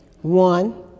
One